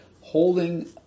holding